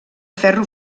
ferro